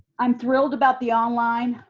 i'm thrilled about the online,